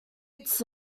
its